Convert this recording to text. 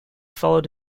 followed